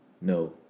no